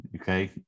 okay